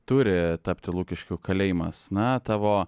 turi tapti lukiškių kalėjimas na tavo